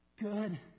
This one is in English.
good